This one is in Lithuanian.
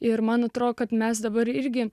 ir man atrodo kad mes dabar irgi